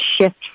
shift